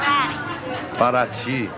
Parati